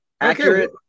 accurate